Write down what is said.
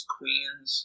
Queens